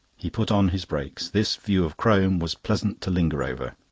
he put on his brakes this view of crome was pleasant to linger over.